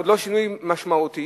עוד לא שינוי משמעותי,